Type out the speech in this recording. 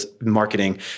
marketing